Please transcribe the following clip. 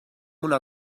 una